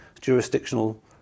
jurisdictional